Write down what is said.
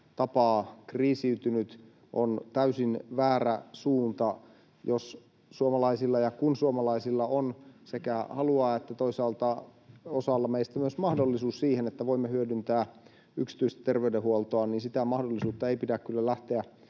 tapaa kriisiytynyt, on täysin väärä suunta. Jos ja kun suomalaisilla on sekä halua että toisaalta osalla meistä myös mahdollisuus siihen, että voimme hyödyntää yksityistä terveydenhuoltoa, niin sitä mahdollisuutta ei pidä kyllä lähteä